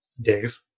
Dave